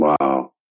Wow